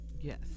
Yes